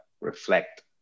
reflect